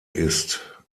ist